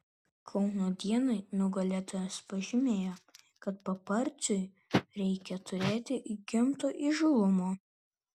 kauno dienai nugalėtojas pažymėjo kad paparaciui reikia turėti įgimto įžūlumo